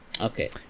okay